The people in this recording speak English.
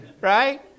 Right